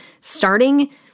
starting